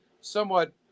somewhat